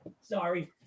Sorry